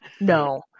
No